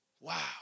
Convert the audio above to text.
Wow